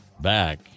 back